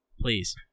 please